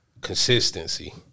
Consistency